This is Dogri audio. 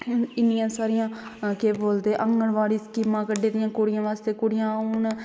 इन्नियां सारियां केह् बोलदे आंगनबाड़ी स्कीमा कड्ढी दियां कुडॉियें आस्तै कुडियां हून